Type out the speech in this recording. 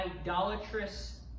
idolatrous